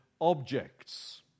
objects